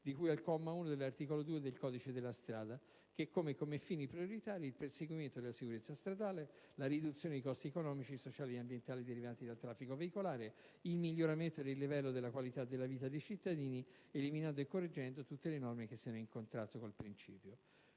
di cui al comma 1 dell'articolo 2 del codice della strada, che pone come fini prioritari il perseguimento della sicurezza stradale, la riduzione dei costi economici, sociali ed ambientali derivanti dal traffico veicolare ed il miglioramento del livello della qualità della vita dei cittadini, eliminando o correggendo tutte le norme che siano in contrasto con il principio